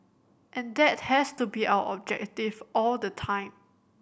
and that has to be our objective all the time